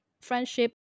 friendship